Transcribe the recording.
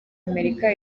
amerika